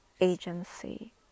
agency